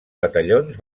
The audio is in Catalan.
batallons